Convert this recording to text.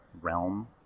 realm